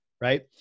Right